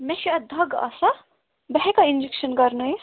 مےٚ چھِ اَتھ دَگ آسان بہٕ ہٮ۪کیٛاہ اِنٛجَکشَن کَرنٲوِتھ